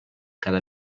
cada